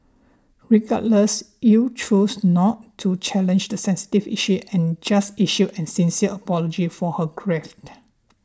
regardless ill chose not to challenge the sensitive issue and just issued a sincere apology for her gaffed